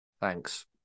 Thanks